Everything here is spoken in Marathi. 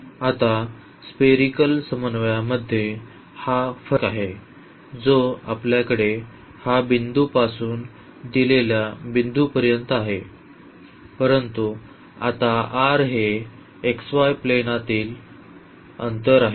आता स्पेरीकल समन्वयामध्ये हा फरक आहे जो आपल्याकडे हा बिंदू पासून दिलेल्या बिंदूपर्यंत आहे परंतु आता r हे xy प्लेनातील अंतर आहे